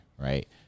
Right